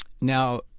Now